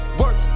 work